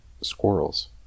Squirrels